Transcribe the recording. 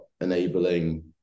enabling